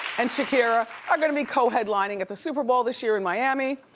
and shakira are gonna be co-headlining at the super bowl this year in miami.